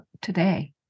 today